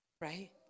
Right